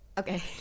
Okay